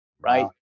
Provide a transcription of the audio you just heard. right